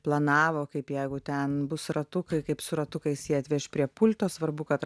planavo kaip jeigu ten bus ratukai kaip su ratukais jį atveš prie pulto svarbu kad